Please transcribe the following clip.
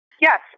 Yes